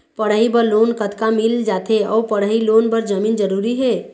पढ़ई बर लोन कतका मिल जाथे अऊ पढ़ई लोन बर जमीन जरूरी हे?